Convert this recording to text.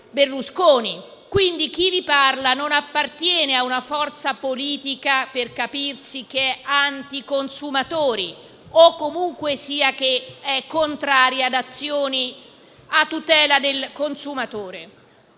Berlusconi. Quindi, chi vi parla non appartiene a una forza politica, per capirsi, anti-consumatori o, comunque, contraria ad azioni a tutela del consumatore.